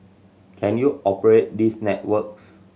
can you operate these networks